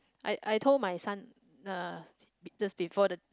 I I told my son uh just before the